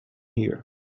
here